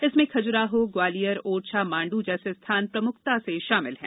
इसमें खजुराहो ग्वालियर ओरछा मान्डू जैसे स्थान प्रमुखता से शामिल हैं